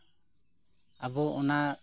ᱟᱵᱚ ᱚᱱᱟ